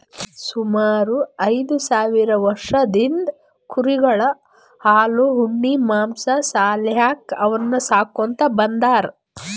ಸುಮಾರ್ ಐದ್ ಸಾವಿರ್ ವರ್ಷದಿಂದ್ ಕುರಿಗೊಳ್ ಹಾಲ್ ಉಣ್ಣಿ ಮಾಂಸಾ ಸಾಲ್ಯಾಕ್ ಅವನ್ನ್ ಸಾಕೋತ್ ಬಂದಾರ್